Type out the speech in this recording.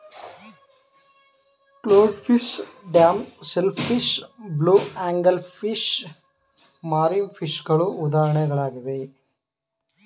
clown fish, damsel fish, blue angel fish, marine ಫಿಷಗಳು ಉದಾಹರಣೆಗಳಾಗಿವೆ